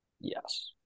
Yes